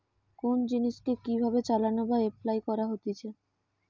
কোন জিনিসকে কি ভাবে চালনা বা এপলাই করতে হতিছে